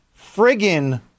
friggin